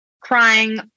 crying